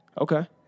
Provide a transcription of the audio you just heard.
Okay